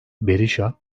berişa